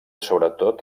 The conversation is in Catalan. sobretot